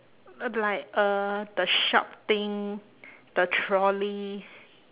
no be like uh the sharp thing the trolley